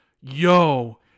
yo